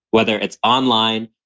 whether it's online,